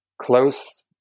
close